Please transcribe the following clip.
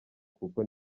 kandi